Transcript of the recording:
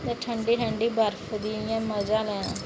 में ठंडी ठंडी बर्फ दा इंया मज़ा लैना